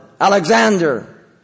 Alexander